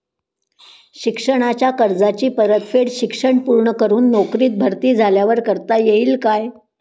शिक्षणाच्या कर्जाची परतफेड शिक्षण पूर्ण करून नोकरीत भरती झाल्यावर करता येईल काय?